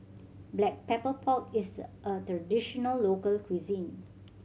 Black Pepper Pork is a traditional local cuisine